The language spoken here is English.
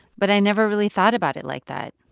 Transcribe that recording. but i never really thought about it like that